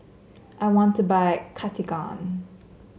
I want to buy Cartigain